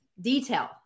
Detail